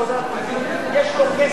שנותן לו פרישה מוקדמת.